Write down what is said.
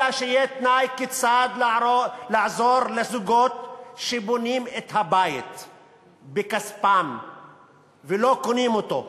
אלא שיהיה תנאי כיצד לעזור לזוגות שבונים את הבית בכספם ולא קונים אותו,